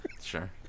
sure